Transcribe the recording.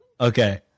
Okay